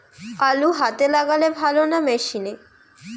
আলু হাতে লাগালে ভালো না মেশিনে?